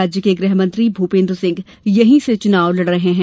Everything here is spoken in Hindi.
राज्य के गृहमन्त्री भूपेंद्र सिंह यहीं से चुनाव लड़ रहे है